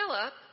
Philip